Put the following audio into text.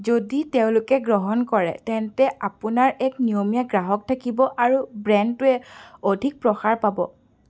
যদি তেওঁলোকে গ্ৰহণ কৰে তেন্তে আপোনাৰ এক নিয়মীয়া গ্ৰাহক থাকিব আৰু ব্ৰেণ্ডটোৱে অধিক প্ৰসাৰ পাব